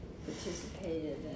participated